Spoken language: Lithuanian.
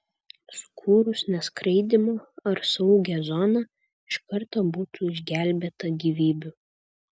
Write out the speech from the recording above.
sukūrus neskraidymo ar saugią zoną iš karto būtų išgelbėta gyvybių